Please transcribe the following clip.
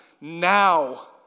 now